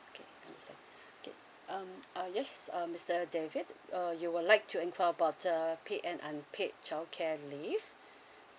okay um uh yes um mister david uh you would like to inquire about the paid and unpaid child care leave